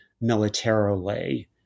militarily